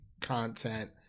content